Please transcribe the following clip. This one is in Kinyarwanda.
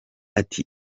ati